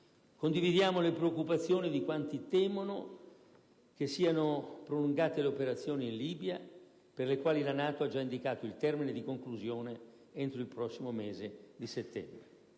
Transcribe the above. Condividiamo le preoccupazioni di quanti temono che siano prolungate le operazioni in Libia, per le quali la NATO ha già indicato il termine di conclusione entro il prossimo mese di settembre.